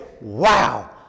Wow